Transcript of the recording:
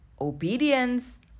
obedience